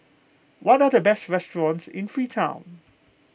what are the best restaurants in Freetown